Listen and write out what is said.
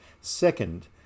Second